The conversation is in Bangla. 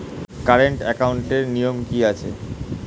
কারেন্ট একাউন্টের নিয়ম কী আছে?